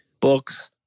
books